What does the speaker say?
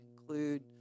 include